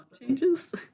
changes